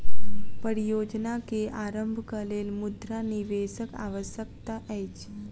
परियोजना के आरम्भक लेल मुद्रा निवेशक आवश्यकता अछि